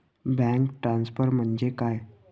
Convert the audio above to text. Bank transfer म्हणजे काय?